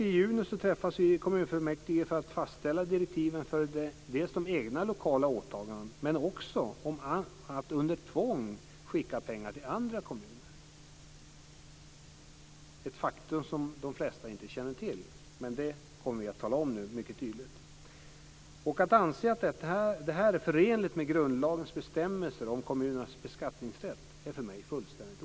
I juni träffas vi i kommunfullmäktige för att fastställa direktiven för dels våra egna lokala åtaganden, dels för att under tvång skicka pengar till andra kommuner. Det är ett faktum som de flesta inte känner till, men det kommer vi att tydligt tala om. Det är för mig, fru talman, fullständigt obegripligt att anse att detta är förenligt med grundlagens bestämmelser om kommunernas beskattningsrätt.